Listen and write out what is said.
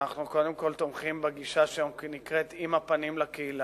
אנחנו קודם כול תומכים בגישה שנקראת "עם הפנים לקהילה",